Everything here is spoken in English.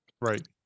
Right